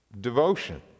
devotion